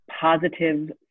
positive